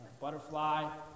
butterfly